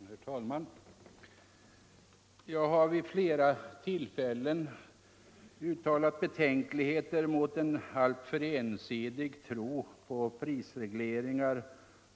Herr talman! Jag har vid flera tillfällen uttalat betänkligheter mot en alltför ensidig tro på prisregleringar